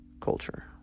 culture